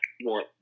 more